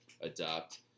adopt